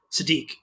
Sadiq